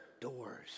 doors